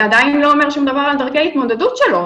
עדיין לא אומר שום דבר על דרכי ההתמודדות שלו,